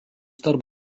tarp